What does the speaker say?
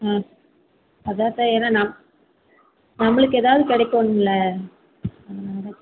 ம் அதான்த்த ஏன்னா நம் நம்ளுக்கு எதாவது கடைக்கனும்ல அதனால் தான் கேட்ட